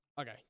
Okay